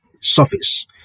surface